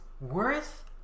worth